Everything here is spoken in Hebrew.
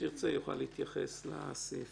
יוכל להתייחס לסעיפים.